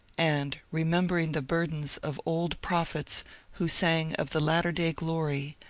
and, remembering the burdens of old prophets who sang of the latter-day glory,